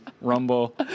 rumble